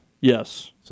Yes